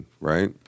right